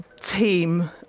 team